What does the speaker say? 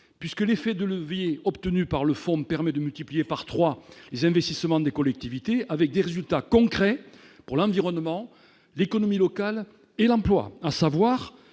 puisque l'effet de levier obtenus par le fonds permet de multiplier par 3 les investissements des collectivités avec des résultats concrets pour l'environnement, l'économie locale et l'emploi, à savoir